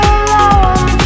alone